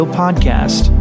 podcast